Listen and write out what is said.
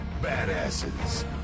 badasses